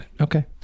Okay